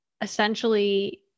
essentially